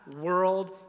world